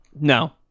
No